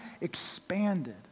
expanded